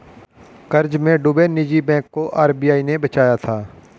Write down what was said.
कर्ज में डूबे निजी बैंक को आर.बी.आई ने बचाया था